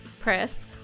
press